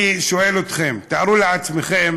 אני שואל אתכם: תארו לעצמכם